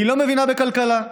היא לא מבינה בכלכלה.